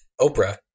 Oprah